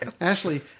Ashley